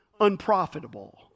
unprofitable